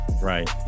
Right